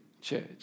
Church